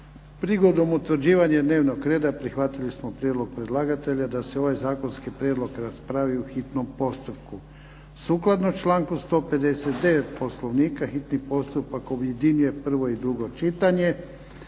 Prigodom utvrđivanja dnevnog reda prihvatili smo prijedlog predlagatelja da se ovaj zakonski prijedlog raspravi u hitnom postupku. Sukladno članku 159. Poslovnika, hitni postupak objedinjuje prvo i drugo čitanje.